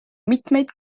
mitmeid